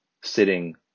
sitting